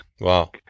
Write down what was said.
Wow